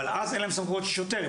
אבל אז אין להם סמכויות של שוטר.